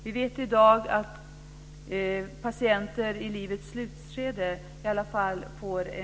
Vi vet i dag att patienter i livets slutskede får en bra vård.